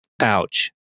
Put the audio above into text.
Ouch